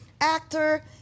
actor